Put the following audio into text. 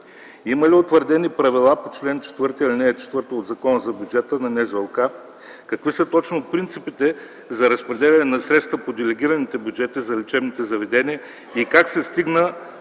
Има ли утвърдени правила по чл. 4, ал. 4 от Закона за бюджета на НЗОК? Какви са точно принципите за разпределяне на средствата по делегираните бюджети за лечебните заведения и как се стигна